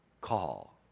call